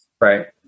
Right